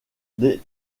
des